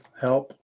help